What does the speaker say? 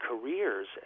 careers